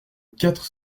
quatre